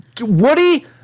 Woody